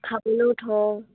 খাবলৈও থওঁ